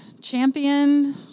champion